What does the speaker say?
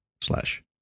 slash